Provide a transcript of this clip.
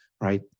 right